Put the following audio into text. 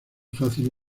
fáciles